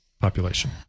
population